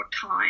time